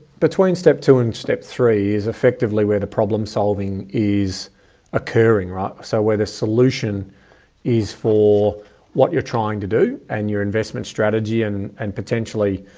between step two and step three is effectively where the problem solving is occurring, right? so where the solution is for what you're trying to do and your investment strategy and and potentially,